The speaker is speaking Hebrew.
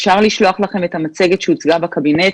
אפשר לשלוח לכם את המצגת שהוצגה בקבינט,